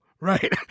right